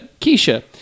Keisha